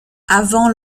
avant